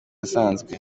asanzwe